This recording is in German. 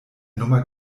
nummer